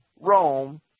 Rome